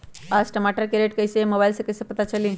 आज टमाटर के रेट कईसे हैं मोबाईल से कईसे पता चली?